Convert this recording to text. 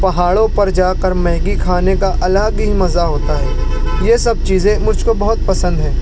پہاڑوں پر جا کر میگی کھانے کا الگ ہی مزہ ہوتا ہے یہ سب چیزیں مجھ کو بہت پسند ہیں